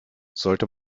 sollte